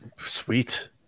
Sweet